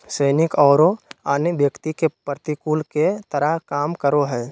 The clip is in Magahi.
सैनिक औरो अन्य व्यक्ति के प्रतिकूल के तरह काम करो हइ